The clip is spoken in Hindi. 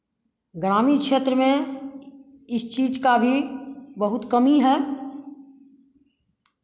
ग्रामीण क्षेत्र में इस चीज़ का भी बहुत कमी है